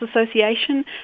Association